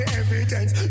evidence